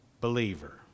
believer